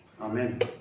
Amen